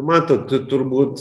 matot turbūt